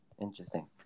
Interesting